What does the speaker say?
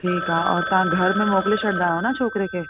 ठीकु आहे और तव्हां घर में मोकिले छॾिंदा आहियो न छोकिरे खे